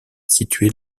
située